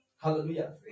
Hallelujah